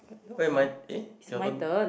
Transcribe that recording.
wait my eh your turn